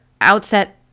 outset